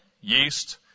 yeast